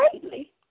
greatly